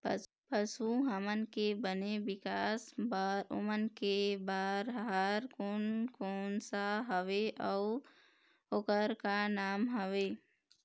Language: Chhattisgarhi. पशु हमन के बने विकास बार ओमन के बार आहार कोन कौन सा हवे अऊ ओकर का नाम हवे?